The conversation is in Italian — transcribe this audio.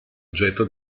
oggetto